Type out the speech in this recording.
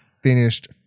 Finished